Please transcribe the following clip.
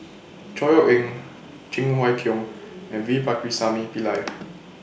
Chor Yeok Eng Cheng Wai Keung and V Pakirisamy Pillai